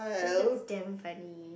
um that's damn funny